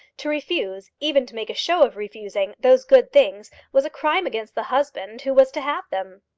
to refuse even to make a show of refusing those good things was a crime against the husband who was to have them.